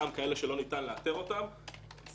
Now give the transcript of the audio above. אני לא נכנס לזה.